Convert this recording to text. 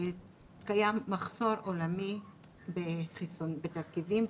קיים מחסור עולמי בתרכיבים,